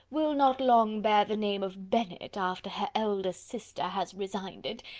will not long bear the name of bennet, after her elder sister has resigned it,